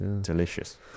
delicious